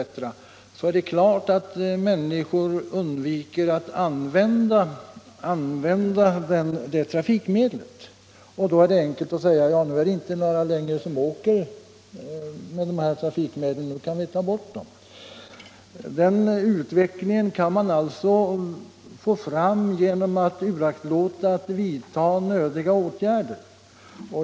är det klart att människorna undviker att använda det trafikmedlet. Då kan man enkelt säga: Ja, nu är det inte längre några som åker med dessa trafikmedel — nu kan vi ta bort dem. Den utvecklingen kan man alltså få fram genom att uraktlåta att vidta nödiga underhållsåtgärder.